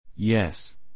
Yes